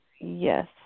Yes